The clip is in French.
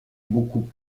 beaucoup